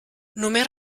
només